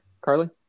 Carly